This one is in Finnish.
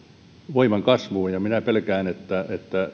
voiman kasvuun ja minä pelkään että sieltä ei apua löydy näyttää että